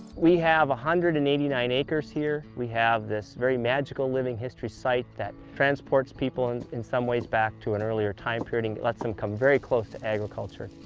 we have one hundred and eighty nine acres here. we have this very magical living history site that transports people in in some ways back to an earlier time period and let's them come very close to agriculture.